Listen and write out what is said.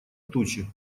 тучи